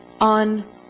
On